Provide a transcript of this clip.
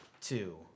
two